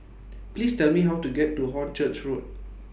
Please Tell Me How to get to Hornchurch Road